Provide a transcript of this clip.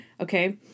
Okay